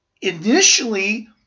initially